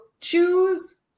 choose